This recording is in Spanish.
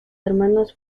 hermanos